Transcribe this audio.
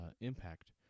impact